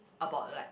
about like